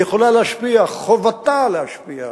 היא יכולה להשפיע, חובתה להשפיע.